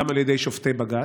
גם על ידי שופטי בג"ץ.